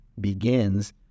begins